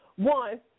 One